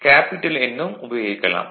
capital N ம் உபயோகிக்கலாம்